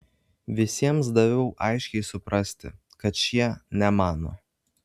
visiems daviau aiškiai suprasti kad šie ne mano